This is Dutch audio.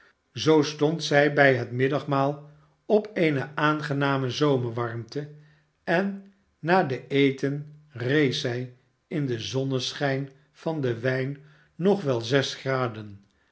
zoo stond zij bij het middagmaal op eene aangename zomerwarmte en na den eten rees zij in den zonneschijn van den wijn nog wel zes graden